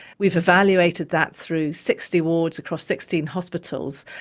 we've evaluated that through sixty wards across sixteen hospitals,